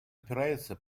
опирается